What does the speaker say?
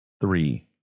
three